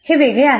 हे वेगळे आहे